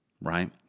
right